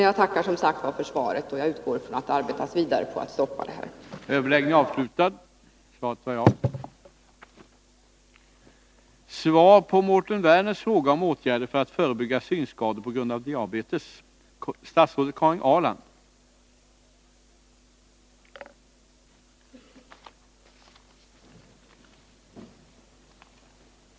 Jag tackar som sagt för svaret, och jag utgår från att det arbetas vidare för att stoppa denna hantering.